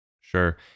Sure